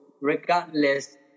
regardless